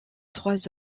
trois